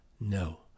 No